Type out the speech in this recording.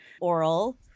Oral